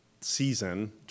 season